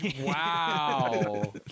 wow